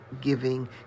giving